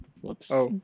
Whoops